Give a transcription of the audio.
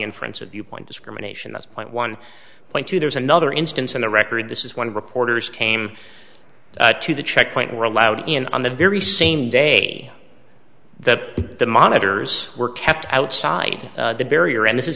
inference of viewpoint discrimination that's point one point two there's another instance in the record this is when reporters came to the checkpoint were allowed in on the very same day that the monitors were kept outside the barrier and this is